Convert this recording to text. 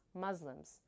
Muslims